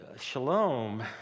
Shalom